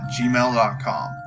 gmail.com